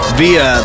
via